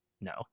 no